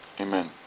Amen